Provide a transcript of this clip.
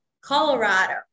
Colorado